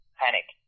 panic